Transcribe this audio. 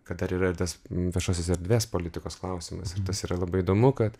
kad dar yra ir tas viešosios erdvės politikos klausimas tas yra labai įdomu kad